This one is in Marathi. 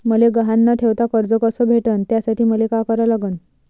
मले गहान न ठेवता कर्ज कस भेटन त्यासाठी मले का करा लागन?